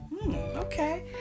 Okay